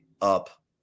up